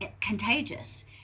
contagious